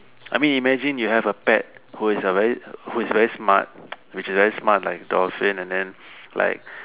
I mean imagine you have a pet who is who is very smart which is very smart like dolphin and then like